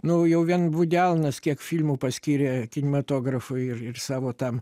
nu jau vien vudi alanas kiek filmų paskyrė kinematografui ir ir savo tam